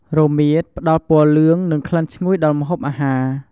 រមៀត ផ្តល់ពណ៌លឿង និងក្លិនឈ្ងុយដល់ម្ហូបអាហារ។